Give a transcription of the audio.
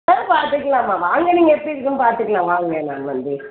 ஆ பார்த்துக்கலாம்மா வாங்க நீங்கள் எப்படி இருக்குதுன்னு பார்த்துக்கலாம் வாங்க நான் வந்து